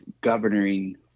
governing